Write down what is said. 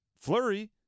flurry